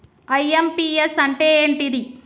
IMPS అంటే ఏంటిది?